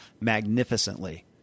magnificently